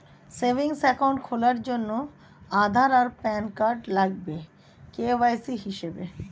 savings account খোলার জন্যে আধার আর প্যান কার্ড লাগবে কে.ওয়াই.সি হিসেবে